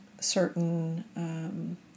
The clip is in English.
certain